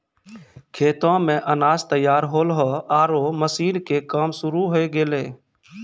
खेतो मॅ अनाज तैयार होल्हों आरो मशीन के काम शुरू होय गेलै